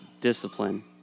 discipline